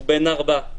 הוא בן 4,